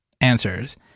answers